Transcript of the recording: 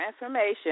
information